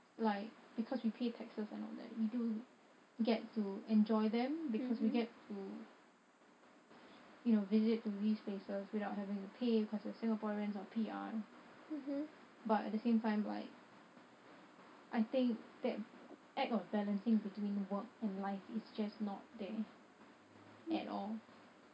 like because we pay taxes and all that we do get to enjoy them because we get to you know visit these places without having to pay cause we singaporeans or P_R but at the same time like I think that act of balancing between work and life is just not there at all